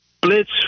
blitz